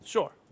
Sure